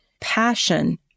passion